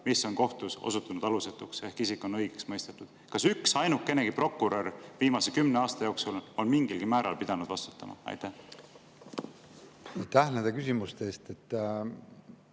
mis on kohtus osutunud alusetuks ehk isik on õigeks mõistetud. Kas üksainukenegi prokurör viimase kümne aasta jooksul on mingilgi määral pidanud vastutama? Suur tänu! Ma püüan